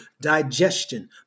digestion